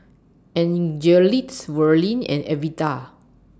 Angelic Verlin and Evita